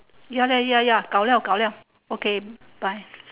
eh 时间到啊是不是时间到啊 okay bye